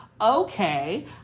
okay